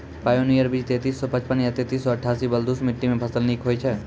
Pioneer बीज तेंतीस सौ पचपन या तेंतीस सौ अट्ठासी बलधुस मिट्टी मे फसल निक होई छै?